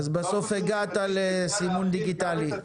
בסוף הגעת לסימון דיגיטלי.